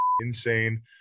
insane